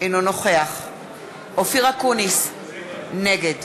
אינו נוכח אופיר אקוניס, נגד